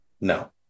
No